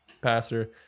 passer